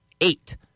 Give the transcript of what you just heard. eight